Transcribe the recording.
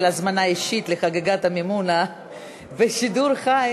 הזמנה אישית לחגיגת המימונה בשידור חי,